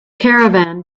caravan